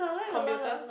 computers